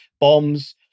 bombs